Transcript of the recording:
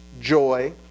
joy